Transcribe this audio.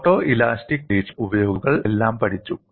photoelastic പരീക്ഷണങ്ങൾ ഉപയോഗിച്ച് ആളുകൾ എല്ലാം പഠിച്ചു